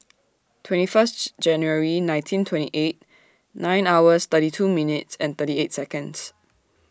twenty First January nineteen twenty eight nine hours thirty two minutes and thirty eight Seconds